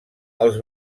els